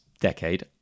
decade